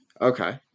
okay